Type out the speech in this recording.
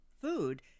food